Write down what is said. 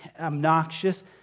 obnoxious